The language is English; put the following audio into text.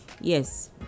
Yes